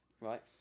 Right